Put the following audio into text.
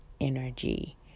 energy